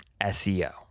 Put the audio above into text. SEO